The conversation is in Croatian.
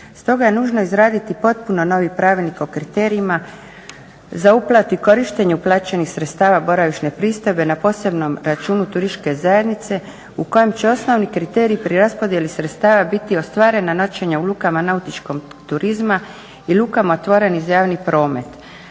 Stoga je nužno izraditi potpuno novi pravilnik o kriterijima za uplatu i korištenje uplaćenih sredstava boravišne pristojbe na posebnom računu turističke zajednice u kojem će osnovni kriterij pri raspodjeli sredstava biti ostvarena noćenja u lukama nautičkog turizma i lukama otvorenim za javni promet.